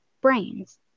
brains